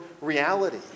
reality